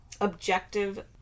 objective